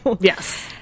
Yes